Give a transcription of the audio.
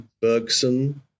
Bergson